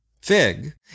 Fig